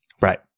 Right